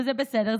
וזה בסדר,